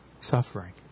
suffering